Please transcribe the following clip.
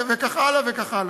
וכך הלאה וכך הלאה.